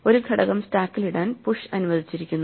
ഒരു ഘടകം സ്റ്റാക്കിൽ ഇടാൻ പുഷ് അനുവദിച്ചിരിക്കുന്നു